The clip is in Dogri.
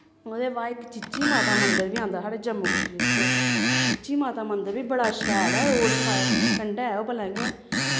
ओह्दे बाद च चीची माता मन्दर बी आंदा साढ़े जम्मू कश्मीर च चीची माता मन्दर बी बड़ा शैल ऐ रोड साइड कंडै ओह् भलेआं गै